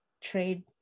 trade